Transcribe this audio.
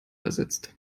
ersetzt